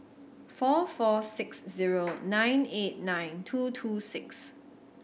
four four six zero nine eight nine two two six